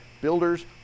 Builders